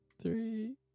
three